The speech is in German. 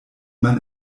man